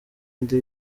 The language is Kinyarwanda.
indi